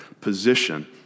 position